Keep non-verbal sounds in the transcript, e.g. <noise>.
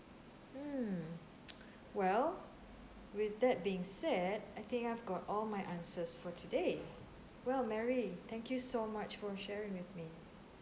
mm <noise> well with that being said I think I've got all my answers for today well mary thank you so much for sharing with me